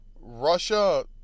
Russia